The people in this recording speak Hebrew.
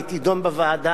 והיא תידון בוועדה.